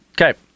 Okay